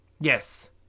Yes